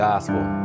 Gospel